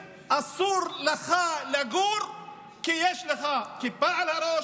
אסור לך לגור ביישובים מסוימים כי יש לך כיפה על הראש,